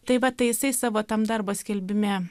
tai vat tai jisai savo tam darbo skelbime